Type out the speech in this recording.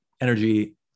energy